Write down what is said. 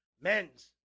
Men's